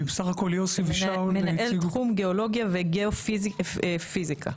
מנהל תחום גיאולוגיה וגיאופיזיקה.